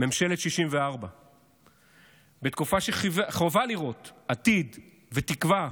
ממשלת 64. בתקופה שחובה לראות עתיד ותקווה,